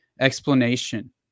explanation